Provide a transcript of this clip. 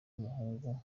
umuhungu